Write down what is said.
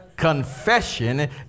Confession